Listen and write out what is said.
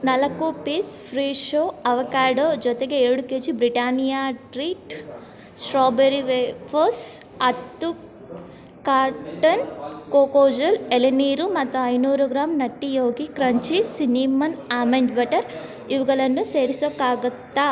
ನಾಲ್ಕು piece Fresho avocado ಜೊತೆಗೆ ಎರಡು K G Britannia treat strawberry wafers ಹತ್ತು ಕಾರ್ಟನ್ ಕೋಕೋ ಜಲ್ ಎಳನೀರು ಮತ್ತು ಐನೂರು gram nutty Yogi crunchy cinnamon almond butter ಇವುಗಳನ್ನು ಸೇರಿಸೋಕ್ಕಾಗುತ್ತಾ